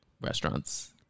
restaurants